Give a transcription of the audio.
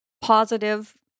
positive